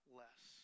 less